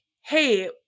hey